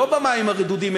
לא במים הרדודים,